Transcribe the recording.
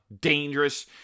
dangerous